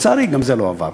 לצערי, גם זה לא עבר.